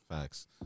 Facts